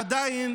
עדיין